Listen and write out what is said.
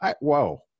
Whoa